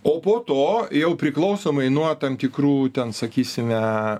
o po to jau priklausomai nuo tam tikrų ten sakysime